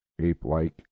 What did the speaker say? ape-like